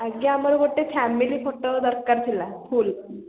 ଆଜ୍ଞା ଆମର ଗୋଟେ ଫ୍ୟାମିଲି ଫଟୋ ଦରକାର ଥିଲା ଫୁଲ୍